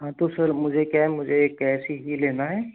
हाँ तो सर मुझे क्या है मुझे कैस ही की लेना है